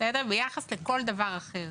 ביחס לכל דבר אחר.